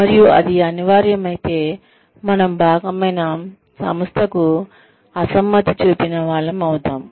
మరియు అది అనివార్యమైతే మనం భాగమైన సంస్థకు అసమ్మతి చూపిన వాళ్ళం అవుతాము